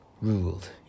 ruled